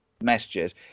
messages